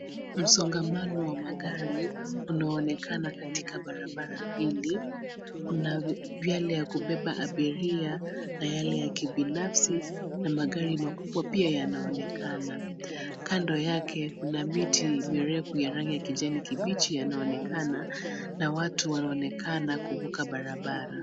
Msongamano wa magari unaonekana katika barabara hili. Kuna vyale vya kubeba abiria na yale na kibinafsi na magari makubwa pia yanaonekana. Kando yake kuna miti mirefu ya rangi ya kijani kibichi yanaonekana na watu wanaonekana kuvuka barabara.